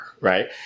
right